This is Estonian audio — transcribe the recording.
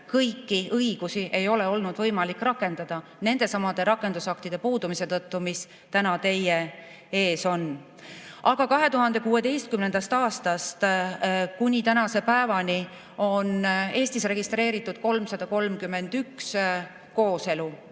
kõiki õigusi ei ole olnud võimalik rakendada nendesamade rakendusaktide puudumise tõttu, mis täna teie ees on. 2016. aastast kuni tänase päevani on Eestis registreeritud 331 kooselu.